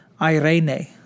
irene